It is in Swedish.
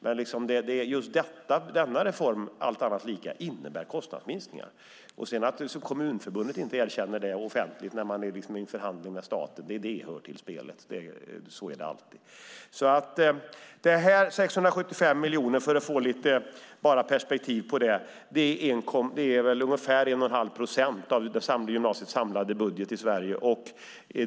Men just denna reform, allt annat lika, innebär kostnadsminskningar. Att kommunförbundet inte erkänner det offentligt när det är i förhandling med staten hör till spelet. Så är det alltid. Dessa 675 miljoner, för att få lite perspektiv på det, är väl ungefär 1 1⁄2 procent av gymnasiets samlade budget i Sverige.